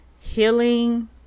healing